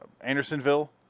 Andersonville